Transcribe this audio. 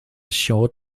short